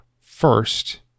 first